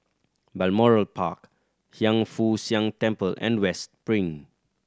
Balmoral Park Hiang Foo Siang Temple and West Spring